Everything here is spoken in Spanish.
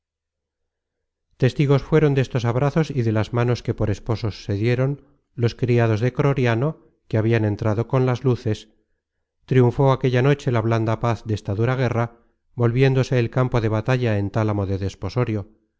testigos fueron destos abrazos y de las manos que por esposos se dieron los criados de croriano que habian entrado con las luces triunfó aquella noche la blanda paz desta dura guerra volviéndose el campo de batalla en tálamo de desposorio